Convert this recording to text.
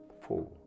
Four